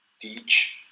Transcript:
teach